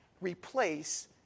replace